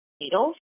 needles